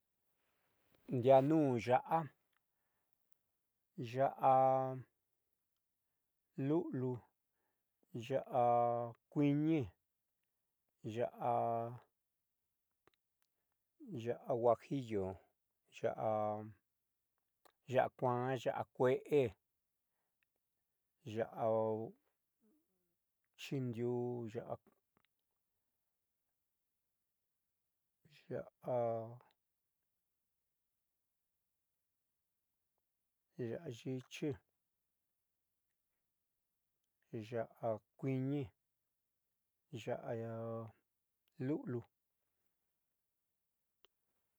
Ndiaa nuun ya'a ya'a lu'uliu ya'a kui'iñi ya'a ya'a guajillo ya'a kuaan ya'a kueé ya'a chiidiuu ya'a ya'a yiixi ya'a kuiini ya'a lu'uliu.